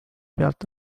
pealt